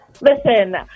listen